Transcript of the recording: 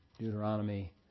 Deuteronomy